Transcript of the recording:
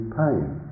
pain